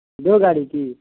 دو گاڑی چاہیے